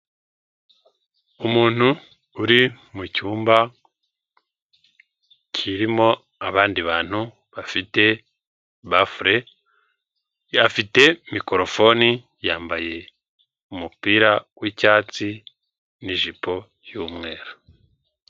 Umuntu uri mu cyumba kirimo abandi bantu bafite bafule, afite mikorofoni yambaye umupira w'icyatsi n'ijipo y'umweru.